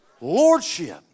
lordship